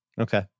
Okay